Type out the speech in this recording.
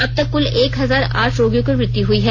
अब तक क्ल एक हजार आठ रोगियों की मृत्यु हई है